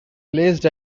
placed